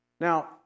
Now